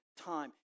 time